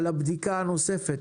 על הבדיקה הנוספת